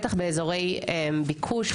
בטח באזורי הביקוש,